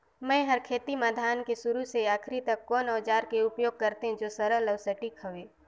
मै हर खेती म धान के शुरू से आखिरी तक कोन औजार के उपयोग करते जो सरल अउ सटीक हवे?